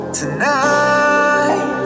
tonight